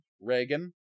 Reagan